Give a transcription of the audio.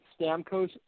Stamkos